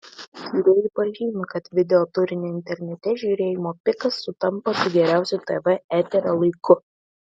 tyrėjai pažymi kad videoturinio internete žiūrėjimo pikas sutampa su geriausiu tv eterio laiku